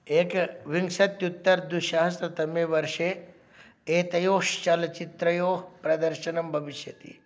एकविंशत्युत्तरद्विस्रतमे वर्षे एतयोः चलच्चित्रयोः प्रदर्शनं भविष्यति